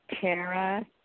Tara